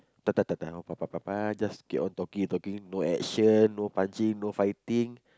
just keep on talking and talking no action no punching no fighting